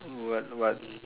what what